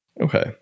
Okay